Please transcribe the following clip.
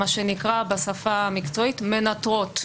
מה שנקרא בשפה המקצועית: מנטרות.